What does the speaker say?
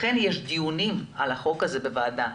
לכן יש דיונים על החוק הזה בוועדה,